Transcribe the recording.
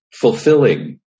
fulfilling